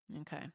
Okay